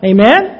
Amen